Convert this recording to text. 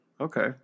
Okay